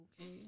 Okay